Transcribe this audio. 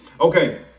Okay